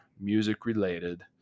music-related